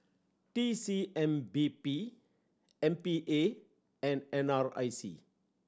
T C M P B M P A and N R I C